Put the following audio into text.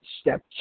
step